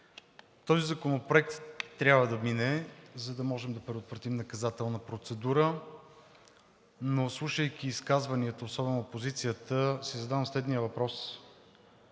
Този законопроект трябва да мине, за да можем да предотвратим наказателна процедура, но слушайки изказванията, особено на опозицията, си задавам следния въпрос: